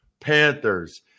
Panthers